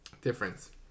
difference